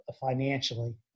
financially